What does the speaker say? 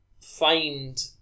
find